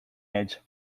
edge